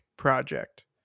project